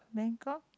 Bangkok